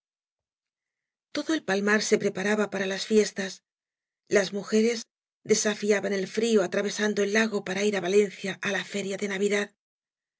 todo el palmar se preparaba para las fiestas las mujeres desafiaban el frío atravesando el lago para ir á valencia á la feria de navidad